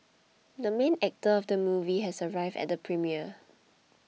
the main actor of the movie has arrived at the premiere